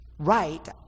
Right